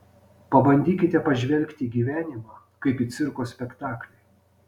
pabandykite pažvelgti į gyvenimą kaip į cirko spektaklį